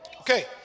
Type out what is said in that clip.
Okay